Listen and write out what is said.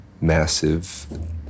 massive